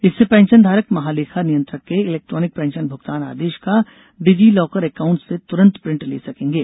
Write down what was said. इससे पेंशन धारक महालेखा नियंत्रक के इलेक्ट्रोनिक पेंशन भुगतान आदेश का डिजी लॉकर एकाउंटस से तुरंत प्रिंट ले सकेंगे